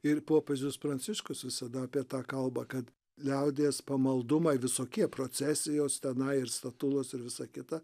ir popiežius pranciškus visada apie tą kalbą kad liaudies pamaldumai visokie procesijos tenai ir statulos ir visa kita